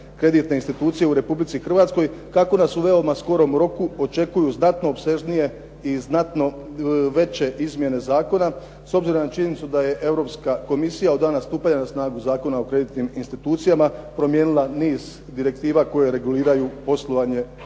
kreditne institucije u Republici Hrvatskoj tako nas u veoma skorom roku očekuju znatno opsežnije i znatno veće izmjene zakona s obzirom na činjenicu da je Europska komisija od dana stupanja na snagu Zakona o kreditnim institucijama promijenila niz direktiva koje reguliraju poslovanje kreditnih